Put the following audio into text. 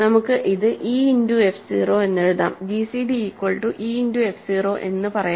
നമുക്ക് ഇത് e into f 0 എന്ന് എഴുതാം gcd equal to e into f 0 എന്ന് പറയാം